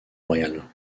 royale